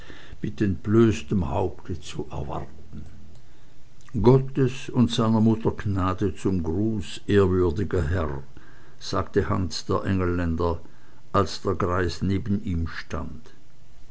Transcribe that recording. mit entblößtem haupte zu erwarten gottes und seiner mutter gnade zum gruß ehrwürdiger herr sagte hans der engelländer als der greis neben ihm stand